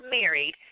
married